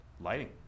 lighting